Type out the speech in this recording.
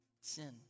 Sin